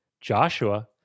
Joshua